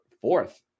fourth